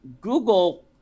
Google